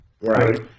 right